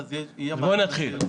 אז תהיה הבהרה.